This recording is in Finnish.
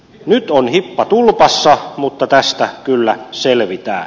nyt on hippa tulpassa mutta tästä kyllä selvitään